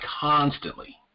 Constantly